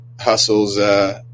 hustles